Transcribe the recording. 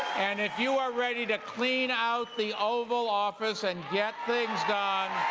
and if you are ready to clean out the oval office and get things done.